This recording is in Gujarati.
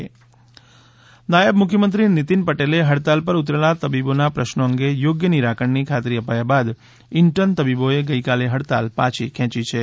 તબીબી હળતાલ નાયબ મુખ્યમંત્રી નીતિન પટેલે હડતાળ ઉપર ઉતરેલા તબીબોના પ્રશ્નો અંગે યોગ્ય નીરાકરણની ખાતરી અપાયા બાદ ઈન્ટર્ન તબીબોએ ગઈકાલે હડતાળ પાછી ખેંચી છે